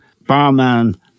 barman